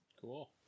Cool